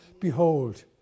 Behold